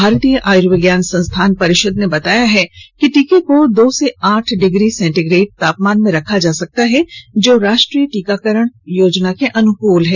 भारतीय आयुर्विज्ञान संस्थान परिषद ने बताया है कि टीके को दो से आठ डिग्री सेंटीग्रेड तापमान में रखा जा सकता है जो राष्ट्रीय टीकाकरण योजना के अनुकूल है